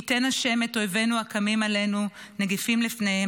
ייתן ה' את אויבינו הקמים עלינו ניגפים לפניהם.